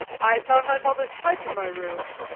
i found my father's pipe in my room